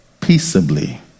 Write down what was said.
peaceably